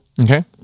Okay